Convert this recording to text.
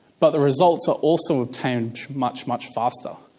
but the results are also obtained much, much faster.